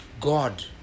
god